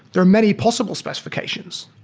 there are many possible specifications.